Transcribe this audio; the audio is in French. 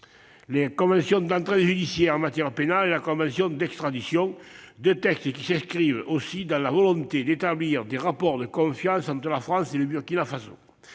la convention d'entraide judiciaire en matière pénale et la convention d'extradition -, qui s'inscrivent également dans la volonté d'établir des rapports de confiance entre la France et le Burkina Faso.